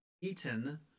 eaten